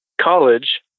college